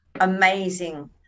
amazing